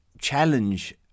challenge